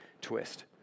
twist